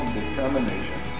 determination